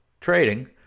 trading